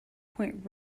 point